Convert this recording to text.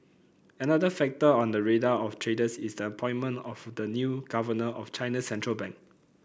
another factor on the radar of traders is the appointment of the new governor of China's central bank